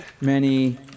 many-